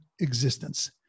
existence